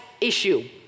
issue